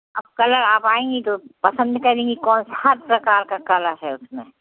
अब कल आप आएँगी तो पसंद करेंगी कौन हर प्रकार का कलर है उसमें